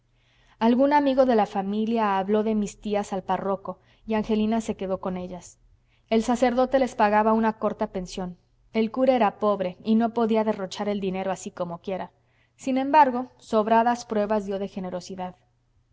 algún amigo de la familia habló de mis tías al párroco y angelina se quedó con ellas el sacerdote les pagaba una corta pensión el cura era pobre y no podía derrochar el dinero así como quiera sin embargo sobradas pruebas dio de generosidad